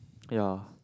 ya